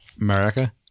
America